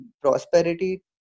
prosperity